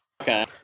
okay